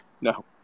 No